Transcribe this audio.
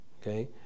okay